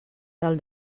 del